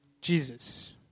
Jesus